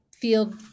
field